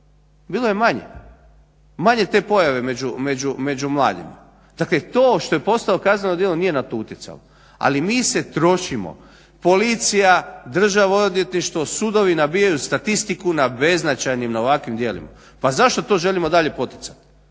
Bilo je manje. Manje te pojave među mladima. Dakle to što je postalo kazneno djelo nije na to utjecalo, ali mi se trošimo, policija, državno odvjetništvo, sudovi nabijaju statistiku na beznačajnim ovakvim djelima. Pa zašto to želimo dalje poticati?